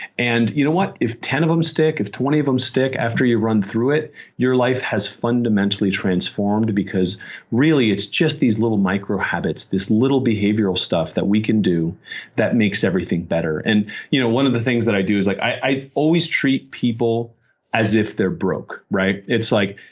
and you know what? if ten of them stick, if twenty of them stick after you run through it your life has fundamentally transformed because really it's just these little micro-habits. this little behavioral stuff that we can do that makes everything better. and you know one of the things that i do is, like i always treat people as if they're broke. it's like,